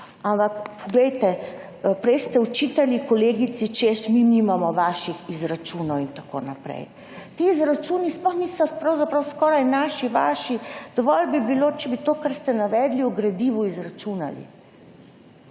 Vendar, poglejte, prej ste očitali kolegici, češ, mi nimamo vaših izračunov in tako naprej. Ti izračuni pravzaprav sploh niso naši, vaši, dovolj bi bilo, če bi to, kar ste navedli v gradivu, izračunali.